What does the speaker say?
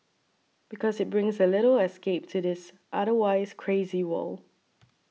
because it brings a little escape to this otherwise crazy world